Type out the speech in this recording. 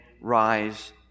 Rise